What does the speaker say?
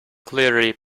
clearly